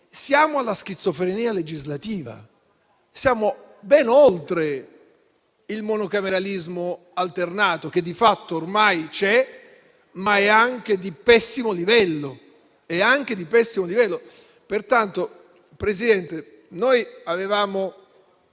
Siamo alla schizofrenia legislativa. Siamo ben oltre il monocameralismo alternato che di fatto ormai c'è ed è anche di pessimo livello.